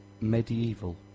Medieval